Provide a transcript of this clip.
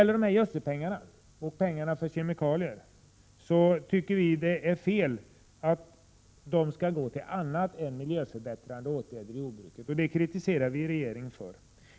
Vi tycker i centerpartiet att det är fel att gödselpengarna och pengarna för kemikalier skall gå till annat än miljöförbättrande åtgärder i jordbruket, och det kritiserar vi regeringen för.